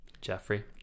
Jeffrey